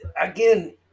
again